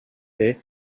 est